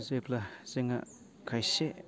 जेब्ला जोंहा खायसे